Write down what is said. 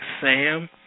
Sam